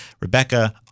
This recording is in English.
Rebecca